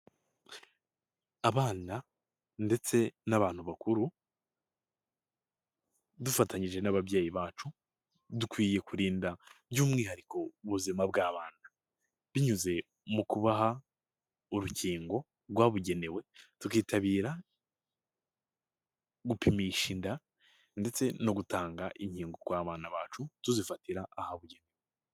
Abana ndetse n'abantu bakuru, dufatanyije n'ababyeyi bacu dukwiye kurinda by'umwihariko ubuzima bw'abana, binyuze mu kubaha urukingo rwabugenewe, tukitabira gupimisha inda ndetse no gutanga inkingo kw'abana bacu tuzifatira ahabugenewe.